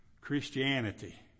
Christianity